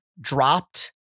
dropped